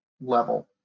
level